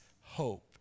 hope